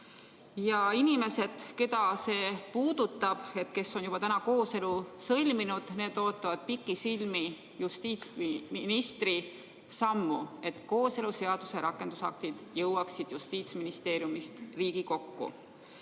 Inimesed, keda see puudutab, kes on juba kooselu sõlminud, ootavad pikisilmi justiitsministri sammu, et kooseluseaduse rakendusaktid jõuaksid Justiitsministeeriumist Riigikokku. Ütleme